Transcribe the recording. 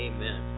Amen